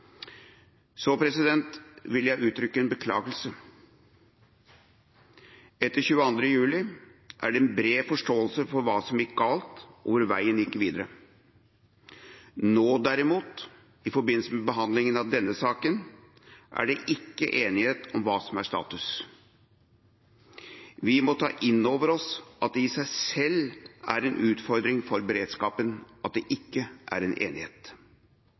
Så vil jeg uttrykke en beklagelse. Etter 22. juli var det en bred forståelse for hva som gikk galt, og hvor veien gikk videre. Nå, derimot, i forbindelse med behandlingen av denne saken, er det ikke enighet om hva som er status. Vi må ta inn over oss at det i seg selv er en utfordring for beredskapen at det ikke er en enighet.